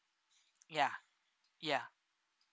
ya ya